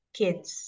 kids